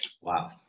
Wow